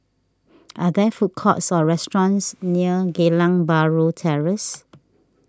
are there food courts or restaurants near Geylang Bahru Terrace